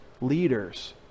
leaders